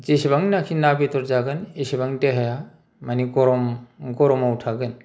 जेसेबांनाखि ना बेदर जागोन एसेबां देहाया माने गरमाव थागोन